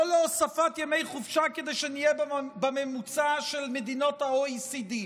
לא להוספת ימי חופשה כדי שנהיה בממוצע של מדינות OECD,